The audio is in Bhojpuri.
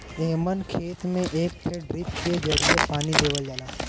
एमन खेत में एक ठे ड्रिप के जरिये पानी देवल जाला